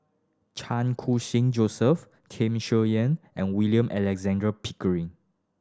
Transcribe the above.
Chan Koo Sing Joseph Tham Sien Yen and William Alexander Pickering